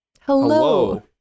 Hello